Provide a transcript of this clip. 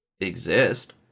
exist